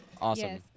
Awesome